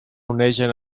onegen